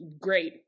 great